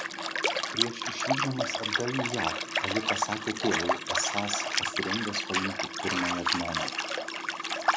prieš išvykdamas atgal į jav ali pasakė tėvui esąs pasirengęs paimti pirmąją žmoną